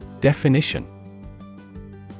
Definition